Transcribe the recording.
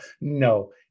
No